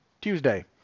Tuesday